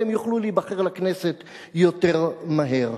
והם יוכלו להיבחר לכנסת יותר מהר.